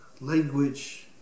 language